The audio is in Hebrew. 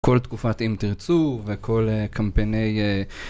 כל תקופת אם תרצו וכל קמפייני.